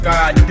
God